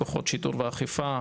כוחות שיטור ואכיפה,